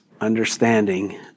understanding